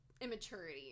immaturity